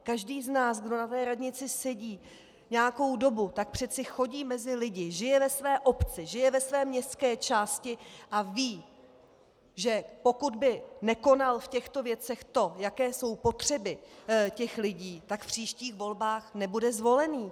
Každý z nás, kdo na té radnici sedí nějakou dobu, tak přeci chodí mezi lidi, žije ve své obci, žije ve své městské části a ví, že pokud by nekonal v těchto věcech to, jaké jsou potřeby lidí, tak v příštích volbách nebude zvolený.